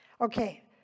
Okay